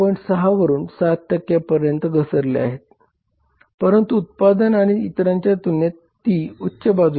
6 वरून 7 पर्यंत घसरल्या आहेत परंतु उत्पादन आणि इतरांच्या तुलनेत ती उच्च बाजूला आहे